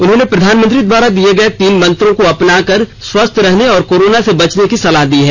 उन्होंने प्रधानमंत्री द्वारा दिए गए तीन मंत्रो को अपनाकर स्वस्थ रहने और कोरोना से बचने की सलाह दी है